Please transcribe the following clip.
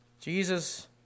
Jesus